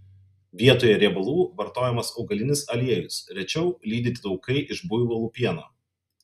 vietoje riebalų vartojamas augalinis aliejus rečiau lydyti taukai iš buivolų pieno